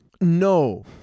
No